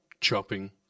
Chopping